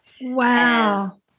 wow